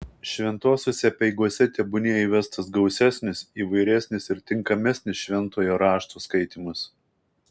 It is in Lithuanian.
šventosiose apeigose tebūnie įvestas gausesnis įvairesnis ir tinkamesnis šventojo rašto skaitymas